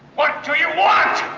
what do you want?